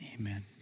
Amen